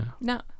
No